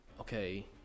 okay